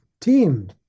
team